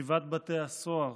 נציבת בתי הסוהר